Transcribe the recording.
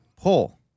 Pull